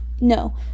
no